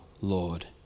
Lord